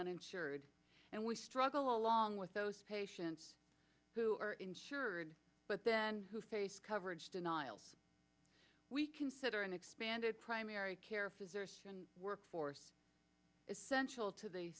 uninsured and we struggle along with those patients who are insured but then who faced coverage denials we consider an expanded primary care physician workforce essential to the